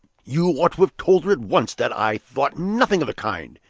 you ought to have told her at once that i thought nothing of the kind!